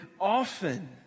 often